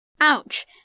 Ouch